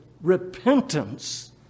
repentance